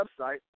website